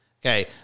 Okay